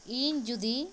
ᱤᱧ ᱡᱩᱫᱤ